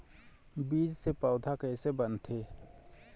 बीज से पौधा कैसे बनथे?